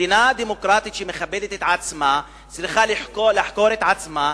שמדינה דמוקרטית שמכבדת את עצמה צריכה לחקור את עצמה,